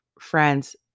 Friends